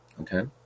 okay